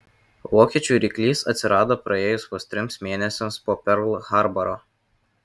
vokiečių ryklys atsirado praėjus vos trims mėnesiams po perl harboro